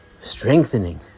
strengthening